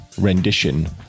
rendition